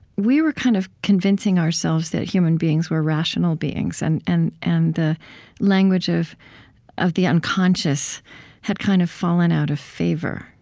we were kind of convincing ourselves that human beings were rational beings, and and and the language of of the unconscious had kind of fallen out of favor.